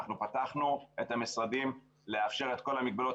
אנחנו פתחנו את המשרדים לאפשר את כל המגבלות.